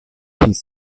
his